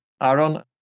Aaron